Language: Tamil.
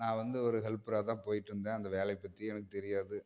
நான் வந்து ஒரு ஹெல்பராக தான் போய்ட்டு இருந்தேன் அந்த வேலை பற்றி எனக்கு தெரியாது